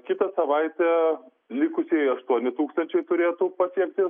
kitą savaitę likusieji aštuoni tūkstančiai turėtų pasiekti